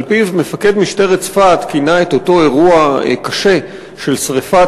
מפקד משטרת צפת כינה את אותו אירוע קשה של שרפת